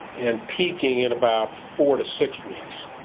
and peaking at about four to six weeks.